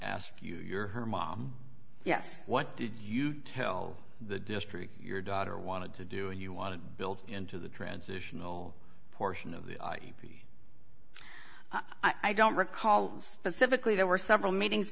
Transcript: ask you you're her mom yes what did you tell the district your daughter wanted to do and you want to build into the transitional portion of the i mean i don't recall specifically there were several meetings